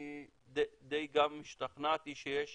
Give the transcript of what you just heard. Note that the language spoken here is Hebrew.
אני די השתכנעתי שיש